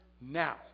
now